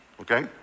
okay